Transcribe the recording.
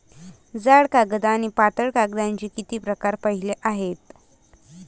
जाड कागद आणि पातळ कागदाचे किती प्रकार पाहिले आहेत?